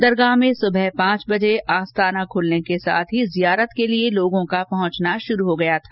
दरगाह में सुबह पांच बजे आस्ताना खुलने के साथ ही जियारत के लिए लोगों का पहुंचना शुरू हो गया था